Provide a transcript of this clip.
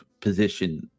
position